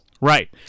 Right